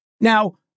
Now